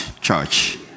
church